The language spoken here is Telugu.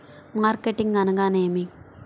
మార్కెటింగ్ అనగానేమి?